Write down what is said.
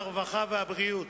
הרווחה והבריאות,